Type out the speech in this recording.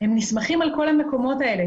נסמכים על כל המקומות האלה.